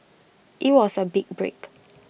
IT was A big break